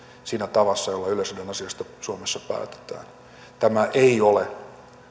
siinä tavassa jolla yleisradion asioista suomessa päätetään tämä ei ole